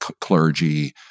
clergy